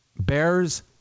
Bears